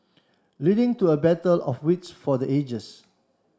leading to a battle of wits for the ages